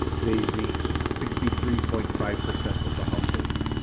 they reached sixty three point five percent of the households.